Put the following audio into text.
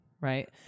right